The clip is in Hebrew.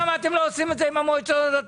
למה אתם לא עושים את ה עם המועצות הדתיות?